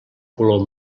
color